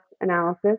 Analysis